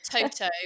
Toto